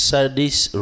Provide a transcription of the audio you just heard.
Sardis